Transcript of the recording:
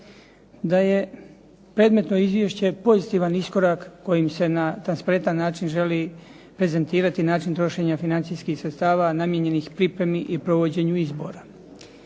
da je predmetno izvješće pozitivan iskorak kojim se na transparentan način želi prezentirati način trošenja financijskih sredstava namijenjenih pripremi i provođenju izbora.